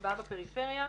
ההשוואה בפריפריה.